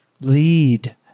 lead